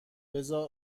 بزار